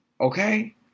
Okay